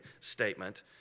statement